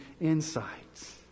insights